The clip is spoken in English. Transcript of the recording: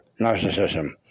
narcissism